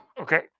Okay